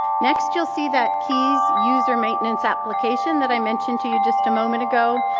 next you'll see that qies user maintenance application that i mentioned to you just a moment ago.